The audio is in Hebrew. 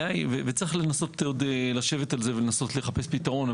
וצריך לנסות עוד לשבת על זה ולנסות לחפש פתרון.